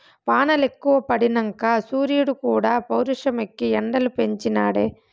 వానలెక్కువ పడినంక సూరీడుక్కూడా పౌరుషమెక్కి ఎండలు పెంచి నాడే